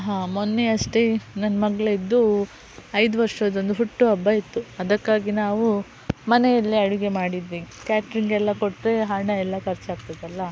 ಹಾಂ ಮೊನ್ನೆ ಅಷ್ಟೇ ನನ್ನ ಮಗ್ಳದ್ದು ಐದು ವರ್ಷದೊಂದು ಹುಟ್ಟು ಹಬ್ಬ ಇತ್ತು ಅದಕ್ಕಾಗಿ ನಾವು ಮನೆಯಲ್ಲೇ ಅಡುಗೆ ಮಾಡಿದ್ವಿ ಕ್ಯಾಟ್ರಿಂಗ್ ಎಲ್ಲ ಕೊಟ್ಟರೆ ಹಣ ಎಲ್ಲಾ ಖರ್ಚಾಗ್ತದಲ್ಲ